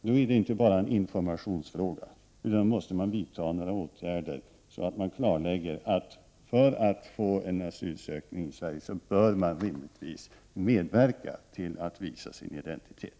Det är inte bara en informationsfråga. Man måste vidta åtgärder så att det står klart, att för att en asylsökan i Sverige skall kunna accepteras, bör vederbörande rimligtvis medverka till att klarlägga sin identitet.